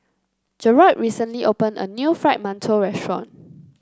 Garold recently opened a new Fried Mantou restaurant